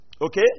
Okay